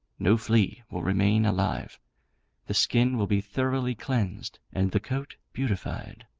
no flea will remain alive the skin will be thoroughly cleansed, and the coat beautified.